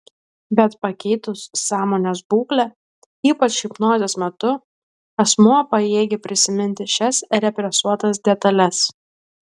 bet pakeitus sąmonės būklę ypač hipnozės metu asmuo pajėgia prisiminti šias represuotas detales